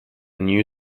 new